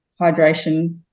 hydration